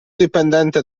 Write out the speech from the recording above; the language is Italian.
dipendente